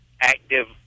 active